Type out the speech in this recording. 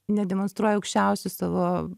nedemonstruoja aukščiausių savo